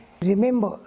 Remember